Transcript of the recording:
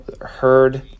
heard